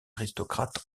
aristocrate